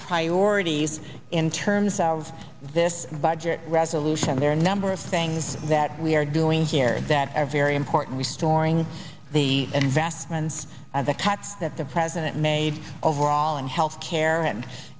priorities in terms of this budget resolution there are number of things that we are doing here that are very important restoring the investments of the tax that the president made overall in health care and